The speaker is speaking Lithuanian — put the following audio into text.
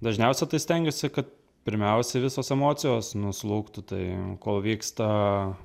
dažniausiai tai stengiuosi kad pirmiausia visos emocijos nuslūgtų tai kol vyksta